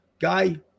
guy